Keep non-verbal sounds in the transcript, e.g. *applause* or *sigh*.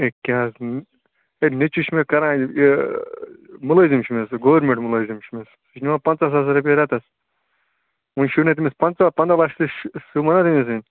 A کیٛاہ حظ اے نیٚچوٗ چھِ مےٚ کران یہِ مُلٲزِم چھُ مےٚ سُہ گورمٮ۪نٛٹ مُلٲزِم چھُ مےٚ سُہ سُہ چھُ نِوان پنٛژاہ ساس رۄپیہِ رٮ۪تَس وۄنۍ شوٗبہِ نا تٔمِس پنٛژاہ پنٛداہ لَچھ تہِ *unintelligible*